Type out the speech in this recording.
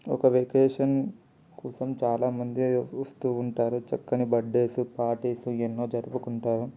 ఒక వెకేషన్ కోసం చాలామంది వస్తూ ఉంటారు చక్కని బర్త్డేస్ పార్టీస్ ఎన్నో జరుపుకుంటారు